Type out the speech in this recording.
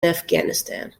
afghanistan